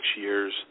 years